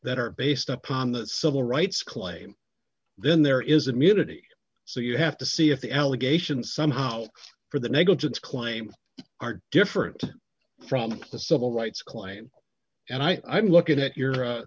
that are based upon the civil rights claim then there is immunity so you have to see if the allegation somehow for the negligence claim are different from the civil rights claim and i'm looking at your